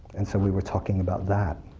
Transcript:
and so we were talking about that.